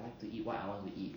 I like to eat what I want to eat